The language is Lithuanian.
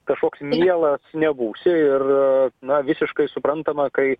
kažkoks mielas nebūsi ir na visiškai suprantama kai